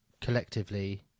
collectively